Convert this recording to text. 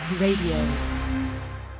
Radio